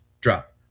drop